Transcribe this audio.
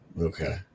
okay